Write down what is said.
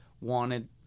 wanted